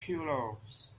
pillows